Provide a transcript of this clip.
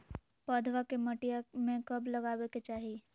पौधवा के मटिया में कब लगाबे के चाही?